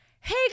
hey